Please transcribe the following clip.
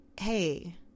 Hey